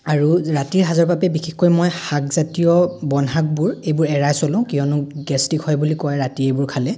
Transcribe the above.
আৰু ৰাতিৰ সাঁজৰ বাবে বিশেষকৈ মই শাকজাতীয় বনশাকবোৰ এইবোৰ এৰাই চলো কিয়নো গেষ্ট্ৰিক হয় বুলি কয় ৰাতি এইবোৰ খালে